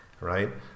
right